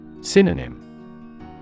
Synonym